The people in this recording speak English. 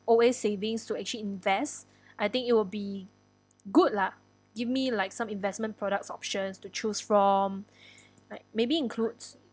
always savings to actually invest I think it will be good lah give me like some investment products options to choose from like maybe includes